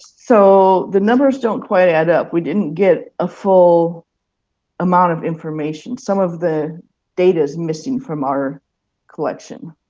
so the numbers don't quite add up. we didn't get a full amount of information. some of the data is missing from our collection.